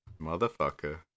Motherfucker